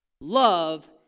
love